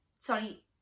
sorry